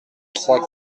trois